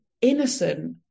innocent